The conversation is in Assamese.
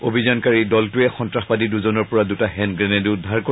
অভিযানকাৰী দলটোৰে সন্তাসবাদী দূজনৰ পৰা দুটা হেন্দ গ্ৰেণেডো উদ্দাৰ কৰে